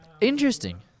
Interesting